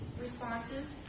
responses